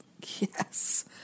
yes